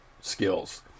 skills